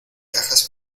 cajas